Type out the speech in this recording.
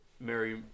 mary